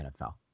NFL